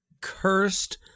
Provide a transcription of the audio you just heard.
Cursed